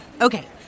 Okay